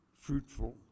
fruitful